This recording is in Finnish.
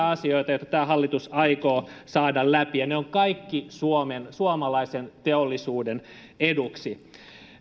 asioita joita tämä hallitus aikoo saada läpi ja ne ovat kaikki suomalaisen teollisuuden eduksi